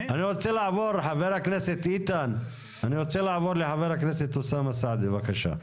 לעבור לחבר הכנסת אוסאמה סעדי, בבקשה.